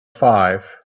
five